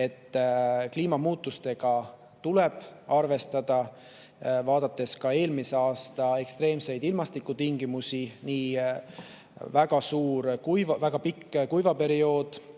et kliimamuutustega tuleb arvestada. Vaatame ka eelmise aasta ekstreemseid ilmastikutingimusi: väga pikk kuivaperiood,